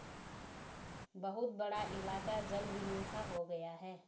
बहुत बड़ा इलाका जलविहीन सा हो गया है